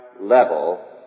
level